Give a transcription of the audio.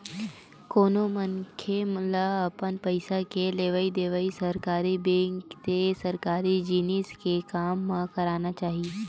कोनो मनखे ल अपन पइसा के लेवइ देवइ सरकारी बेंक ते सरकारी जिनिस के काम म करना चाही